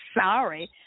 sorry